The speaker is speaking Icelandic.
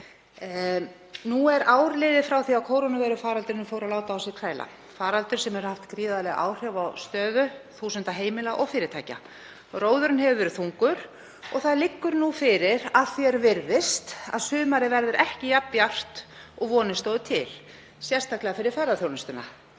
Nú er ár liðið frá því að kórónuveirufaraldurinn fór að láta á sér kræla, faraldur sem hefur haft gríðarleg áhrif á stöðu þúsunda heimila og fyrirtækja. Róðurinn hefur verið þungur og nú liggur fyrir, að því er virðist, að sumarið verður ekki jafn bjart og vonir stóðu til, sérstaklega fyrir ferðaþjónustuna.